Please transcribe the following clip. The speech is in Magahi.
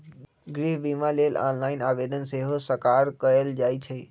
गृह बिमा लेल ऑनलाइन आवेदन सेहो सकार कएल जाइ छइ